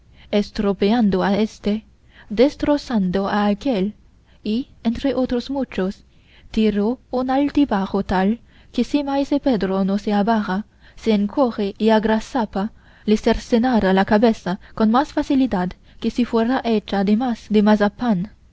estropeando a éste destrozando a aquél y entre otros muchos tiró un altibajo tal que si maese pedro no se abaja se encoge y agazapa le cercenara la cabeza con más facilidad que si fuera hecha de masa de mazapán